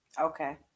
Okay